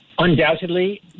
Undoubtedly